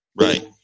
Right